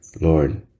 Lord